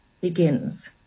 begins